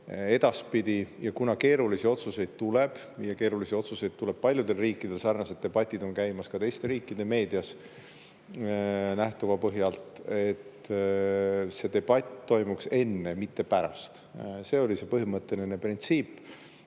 edaspidi – kuna keerulisi otsuseid tuleb ja tuleb paljudel riikidel, sarnased debatid on käimas ka teistes riikides meedias nähtuva põhjal – see debatt toimuks enne, mitte pärast. See oli see põhimõtteline printsiip